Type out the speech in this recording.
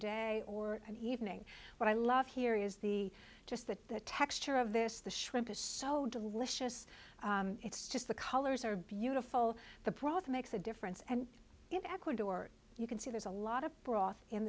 day or an evening what i love here is the just that the texture of this the shrimp is so delicious it's just the colors are beautiful the broth makes a difference and it ecuador you can see there's a lot of br